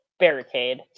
barricade